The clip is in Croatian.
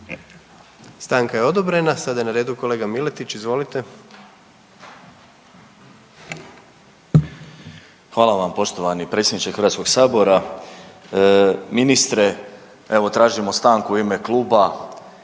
Stanka je odobrena, sada je na redu kolega Miletić. Izvolite. **Miletić, Marin (MOST)** Hvala vam poštovani predsjedniče Hrvatskog sabora. Ministre evo tražimo stanku u ime kluba,